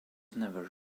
never